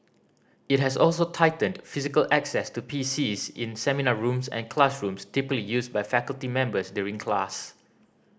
it has also tightened physical access to P Cs in seminar rooms and classrooms typically used by faculty members during class